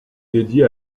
dédiée